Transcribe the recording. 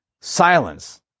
silence